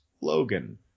Logan